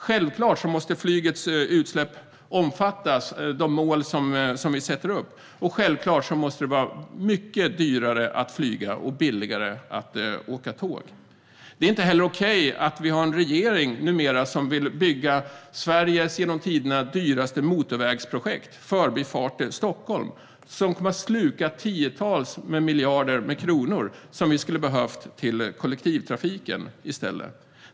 Självklart måste flygets utsläpp omfattas av de mål som vi sätter upp, och självklart måste det vara mycket dyrare att flyga än att åka tåg. Det är inte heller okej att vi numera har en regering som vill bygga Sveriges genom tiderna dyraste motorvägsprojekt, Förbifart Stockholm, som kommer att sluka tiotals miljarder kronor som vi i stället skulle behöva till kollektivtrafiken.